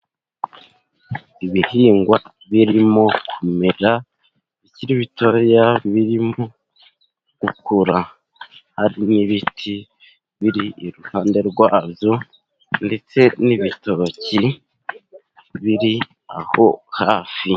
Ibihingwa birimo kumera bikiri bitoya birimo gukura, harimo ibiti biri iruhande rwazo ndetse n'ibitoki biri aho hafi.